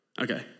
Okay